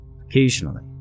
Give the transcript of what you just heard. Occasionally